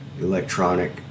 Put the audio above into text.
electronic